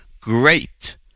great